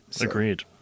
Agreed